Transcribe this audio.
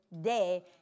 day